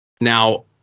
Now